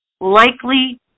likely